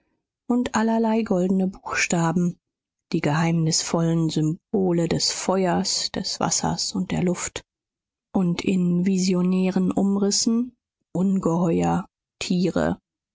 und allerlei goldene buchstaben die geheimnisvollen symbole des feuers des wassers und der luft und in visionären umrissen ungeheuer tiere